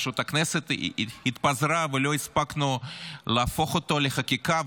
פשוט הכנסת התפזרה ולא הספקנו להפוך אותו לחקיקה.